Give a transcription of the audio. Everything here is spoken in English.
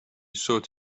sought